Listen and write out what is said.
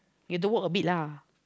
you have to walk a bit lah